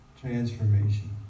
Transformation